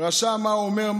"רשע מה הוא אומר?